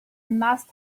must